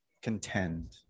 contend